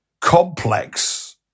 complex